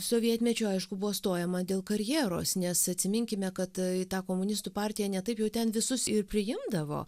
sovietmečiu aišku buvo stojama dėl karjeros nes atsiminkime kad į tą komunistų partiją ne taip jau ten visus ir priimdavo